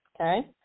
okay